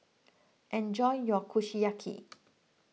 enjoy your Kushiyaki